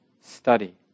study